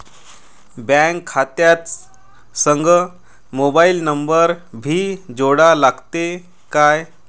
Bank खात्या संग mobile number भी जोडा लागते काय?